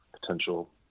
potential